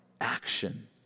action